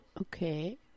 Okay